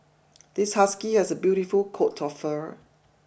this husky has a beautiful coat of fur